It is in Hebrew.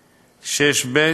(ב)